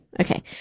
Okay